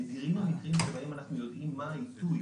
נדירים המקרים שבהם אנחנו יודעים מה העיתוי